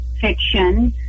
fiction